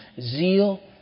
zeal